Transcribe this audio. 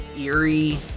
eerie